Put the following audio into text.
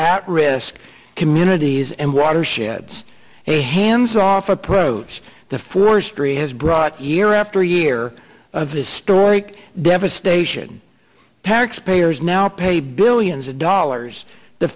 at risk communities and watersheds a hands off approach the forestry has brought year after year of this story devastation taxpayers now pay billions of dollars t